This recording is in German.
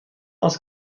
aus